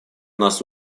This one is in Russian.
нас